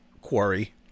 quarry